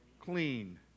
clean